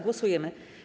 Głosujemy.